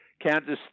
Kansas